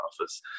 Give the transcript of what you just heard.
office